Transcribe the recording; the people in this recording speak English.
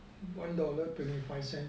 one dollar twenty five cents